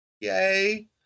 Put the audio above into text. yay